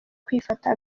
kwifata